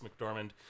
McDormand